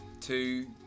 two